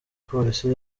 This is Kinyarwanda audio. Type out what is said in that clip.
polisi